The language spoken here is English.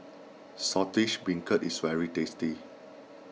Saltish Beancurd is very tasty